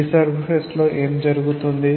free surface లో ఏమి జరుగుతుంది